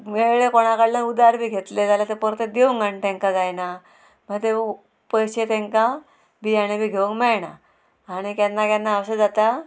मेळ्ळे कोणा कडल्यान उदार बी घेतले जाल्यार ते परते दिवंक आनी तांकां जायना मागीर ते पयशे तेंकां बियाणे बी घेवंक मेळना आनी केन्ना केन्ना अशें जाता